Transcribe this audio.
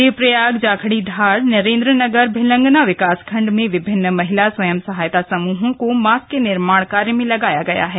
देवप्रयाग जाखणीधार नरेंद्रनगर भिलंगना विकासखंड में विभिन्न महिला स्वयं सहायता समूह को मास्क के निर्माण कार्य में लगाया गया है